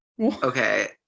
okay